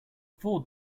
four